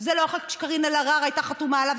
זה לא החוק שקארין אלהרר הייתה חתומה עליו,